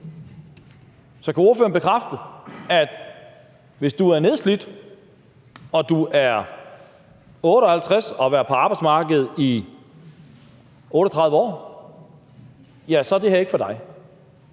Så kan ordføreren bekræfte, at hvis du er nedslidt og du er 58 år og har været på arbejdsmarkedet i 38 år, så er det her ikke for dig?